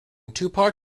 tupac